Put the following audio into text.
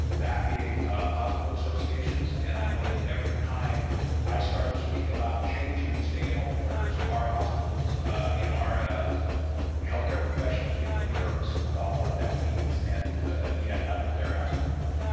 that being the hospital associations, and i know that every time i start to speak about changing the stay-at-home order, our hospitals and our health care professionals get really nervous about what that means, and, again, that's what they're asking for.